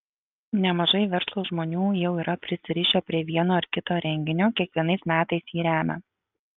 nemažai verslo žmonių jau yra prisirišę prie vieno ar kito renginio kiekvienais metais jį remią